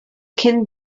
cyn